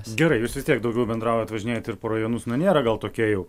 gerai jūs vis tiek daugiau bendraujat važinėjat ir po rajonus nu nėra gal tokia jau